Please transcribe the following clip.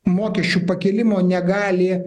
mokesčių pakėlimo negali